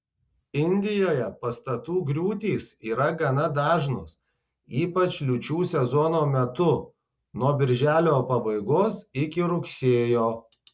indijoje pastatų griūtys yra gana dažnos ypač liūčių sezono metu nuo birželio pabaigos iki rugsėjo